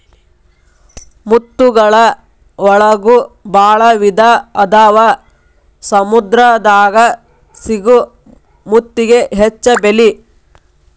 ಮುತ್ತುಗಳ ಒಳಗು ಭಾಳ ವಿಧಾ ಅದಾವ ಸಮುದ್ರ ದಾಗ ಸಿಗು ಮುತ್ತಿಗೆ ಹೆಚ್ಚ ಬೆಲಿ